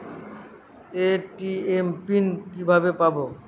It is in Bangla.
এ.টি.এম পিন কিভাবে পাবো?